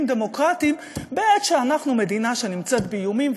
דמוקרטיים בעת שאנחנו מדינה שנמצאת באיומים,